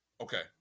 Okay